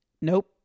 nope